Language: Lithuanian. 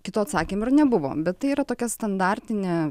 kito atsakymo ir nebuvo bet tai yra tokia standartinė